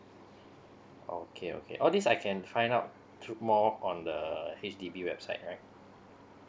okay okay all this I can find out through more on the H_D_B website right